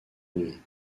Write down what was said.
nuit